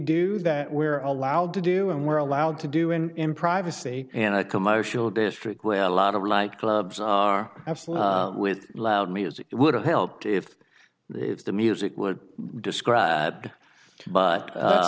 do that we're allowed to do and we're allowed to do in in privacy and a commercial district where a lot of like clubs are absolute with loud music would have helped if it's the music would describe b